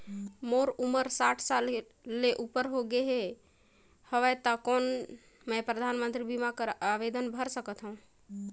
मोर उमर साठ साल ले उपर हो गे हवय त कौन मैं परधानमंतरी बीमा बर आवेदन कर सकथव?